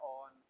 on